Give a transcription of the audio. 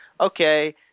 Okay